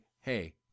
hey